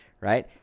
right